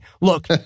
look